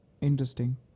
interesting